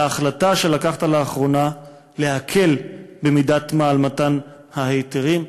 על ההחלטה שקיבלת לאחרונה להקל במידת-מה את מתן ההיתרים.